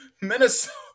Minnesota